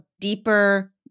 deeper